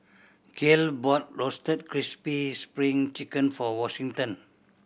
Gale bought Roasted Crispy Spring Chicken for Washington